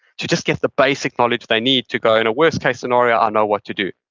to just get the basic knowledge they need to go, in a worst case scenario, i know what to do.